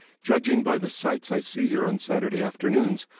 judging by the sights i see here on saturday afternoons,